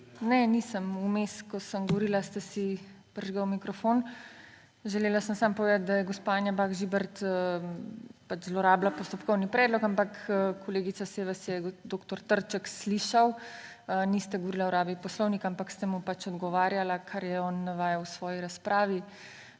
Ne nisem, vmes ko sem govorila, ste si prižgali mikrofon. Želela sem samo povedati, da je gospa Anja Bah Žibert zlorabila postopkovni predlog, ampak kolegica, saj vas je dr. Trček slišal, niste govorili o rabi poslovnika, ampak ste mu odgovarjala, kar je on navajal v svoji razpravi.